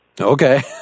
Okay